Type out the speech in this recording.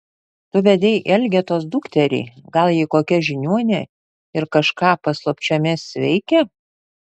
tu vedei elgetos dukterį gal ji kokia žiniuonė ir kažką paslapčiomis veikia